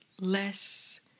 Less